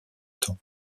temps